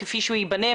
כפי שהוא ייבנה,